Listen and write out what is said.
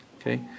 Okay